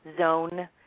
Zone